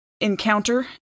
encounter